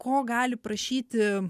ko gali prašyti